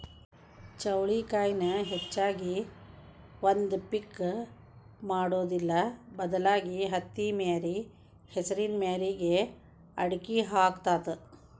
ಚೌಳಿಕಾಯಿನ ಹೆಚ್ಚಾಗಿ ಒಂದ ಪಿಕ್ ಮಾಡುದಿಲ್ಲಾ ಬದಲಾಗಿ ಹತ್ತಿಮ್ಯಾರಿ ಹೆಸರಿನ ಮ್ಯಾರಿಗೆ ಅಕ್ಡಿ ಹಾಕತಾತ